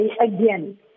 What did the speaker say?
again